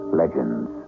legends